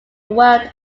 world